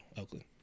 Oakland